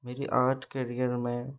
मेरी art career में